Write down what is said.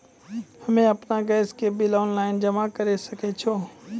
हम्मे आपन गैस के बिल ऑनलाइन जमा करै सकै छौ?